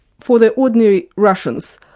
for the ordinary russians,